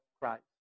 Christ